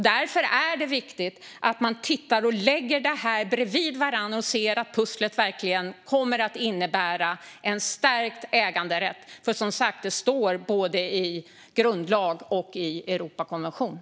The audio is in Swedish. Därför är det viktigt att man tittar på detta och lägger dessa saker bredvid varandra och ser att pusslet verkligen kommer att innebära en stärkt äganderätt. Det står nämligen om detta i både grundlagen och i Europakonventionen.